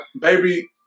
baby